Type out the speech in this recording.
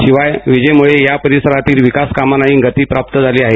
शिवाय वीजेमुळे या परिसरातील विकास कामांनाही गती प्राप्त झाली आहे